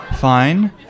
fine